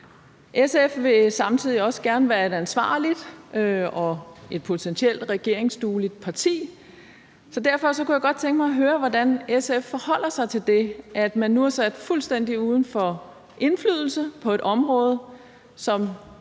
SF vil samtidig også gerne være et ansvarligt og et potentielt regeringsdueligt parti. Så derfor kunne jeg godt tænke mig at høre, hvordan SF forholder sig til det, at man nu er sat fuldstændig uden for indflydelse på et område, som